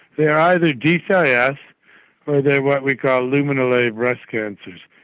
they are either dcis ah yeah or they are what we call luminal a breast cancers.